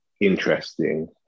interesting